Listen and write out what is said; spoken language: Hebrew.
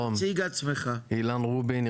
אילן רובין,